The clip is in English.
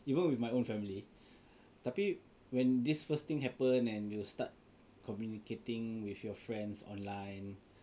even with my own family tapi when this first thing happen and you will start communicating with your friends online